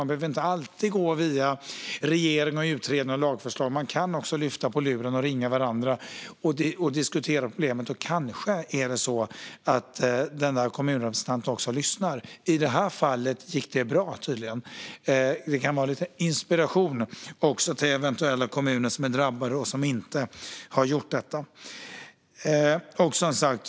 Man behöver inte alltid gå via regering, utredare och lagförslag utan kan också lyfta på luren, ringa varandra och diskutera problemet. Kanske är det då så att en kommunrepresentant lyssnar. I det här fallet gick det tydligen bra. Det kanske kan inspirera kommuner som är drabbade och som inte har gjort detta.